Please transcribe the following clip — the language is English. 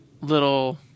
little